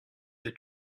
the